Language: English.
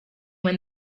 when